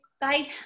Bye